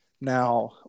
Now